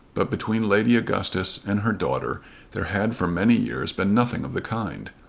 but between lady augustus and her daughter there had for many years been nothing of the kind.